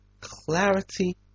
clarity